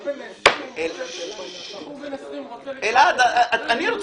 בחור בן 20 נכנס- - אלעד, כל אחד